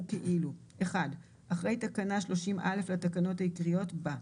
כאילו- (1) אחרי תקנה 30א לתקנות העיקריות בא: